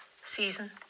season